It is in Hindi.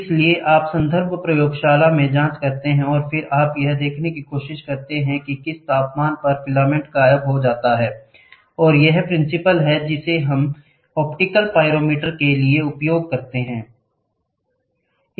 इसलिए आप संदर्भ प्रयोगशाला से जांच करते हैं और फिर आप यह देखने की कोशिश करते हैं कि किस तापमान पर है फिलामेंट गायब हो जाता है और यह प्रिंसिपल है जिसे हमने ऑप्टिकल पाइरोमीटर के लिए उपयोग किया है